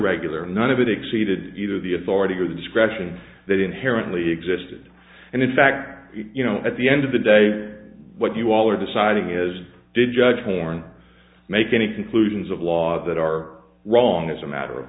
irregular none of it exceeded either the authority or the discretion that inherently existed and in fact you know at the end of the day what you all are deciding is did judge horne make any conclusions of law that are wrong as a matter of